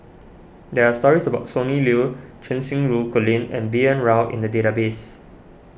there are stories about Sonny Liew Cheng Xinru Colin and B N Rao in the database